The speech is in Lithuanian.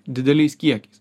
dideliais kiekiais